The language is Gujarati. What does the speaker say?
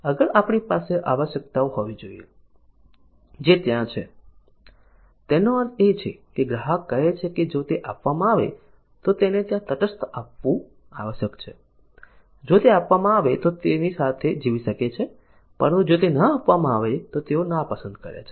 આગળ આપણી પાસે આવશ્યકતાઓ હોવી જોઈએ જે ત્યાં છે તેનો અર્થ એ છે કે ગ્રાહક કહે છે કે જો તે આપવામાં આવે તો તેને ત્યાં તટસ્થ આપવું આવશ્યક છે જો તે આપવામાં આવે તો તેઓ તેની સાથે જીવી શકે છે પરંતુ જો તે આપવામાં ન આવે તો તેઓ નાપસંદ કરે છે